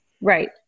Right